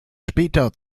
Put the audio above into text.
später